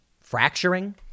Fracturing